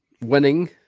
winning